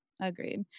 Agreed